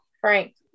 Frank